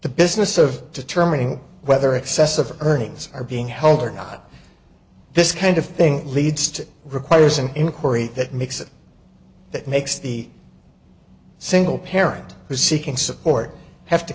the business of determining whether excessive earnings are being held or not this kind of thing leads to requires an inquiry that makes it that makes the single parent who's seeking support have to